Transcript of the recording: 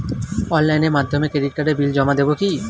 অনলাইনের মাধ্যমে ক্রেডিট কার্ডের বিল জমা দেবো কি?